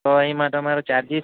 તો એમાં તમારો ચાર્જીસ